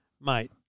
mate